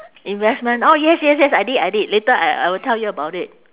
investment oh yes yes yes I did I did later I I will tell you about it